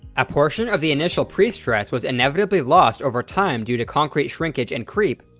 a portion of the initial pre-stress was inevitably lost over time due to concrete shrinkage and creep,